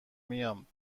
میرم